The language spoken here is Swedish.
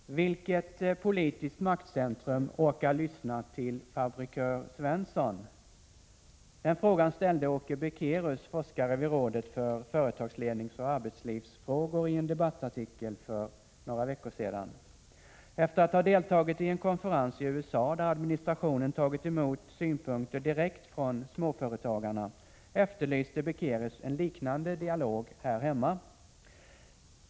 Herr talman! ”Vilket politiskt maktcentrum orkar lyssna till fabrikör Svensson?” Den frågan ställde Åke Beckérus, forskare vid rådet för företagsledningsoch arbetslivsfrågor, i en debattartikel för några veckor sedan. Efter att ha deltagit i en konferens i USA, där administrationen tagit emot synpunkter direkt från småföretagarna, efterlyste Beckérus en liknande dialog här hemma.